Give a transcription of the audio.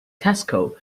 tesco